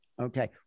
Okay